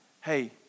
hey